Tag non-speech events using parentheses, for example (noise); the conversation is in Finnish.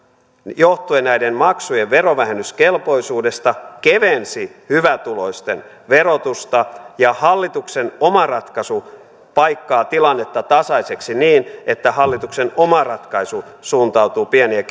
johtuen näiden maksujen verovähennyskelpoisuudesta kevensi hyvätuloisten verotusta ja hallituksen oma ratkaisu paikkaa tilannetta tasaiseksi niin että hallituksen oma ratkaisu suuntautuu pieni ja (unintelligible)